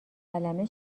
قلمه